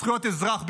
זכויות אזרח,